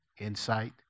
insight